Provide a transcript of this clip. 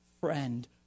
friend